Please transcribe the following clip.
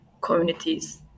communities